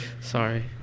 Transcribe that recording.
Sorry